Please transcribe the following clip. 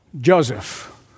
Joseph